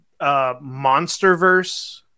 MonsterVerse